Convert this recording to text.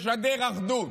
לשדר אחדות.